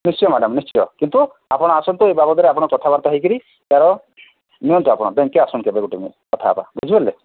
ନିଶ୍ଚିୟ madam ନିଶ୍ଚିୟ କିନ୍ତୁ ଆପଣ ଆସନ୍ତୁ ଏ ବାବଦରେ ଆପଣ କଥାବାର୍ତ୍ତା ହେଇକରି ଏହାର ନିଅନ୍ତୁ ଆପଣ ବ୍ୟାଙ୍କ୍କୁ ଆସନ୍ତୁ କେବେ ଗୋଟେ କଥା ହବା ବୁଝି ପାରିଲେ